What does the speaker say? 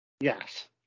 Yes